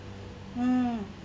um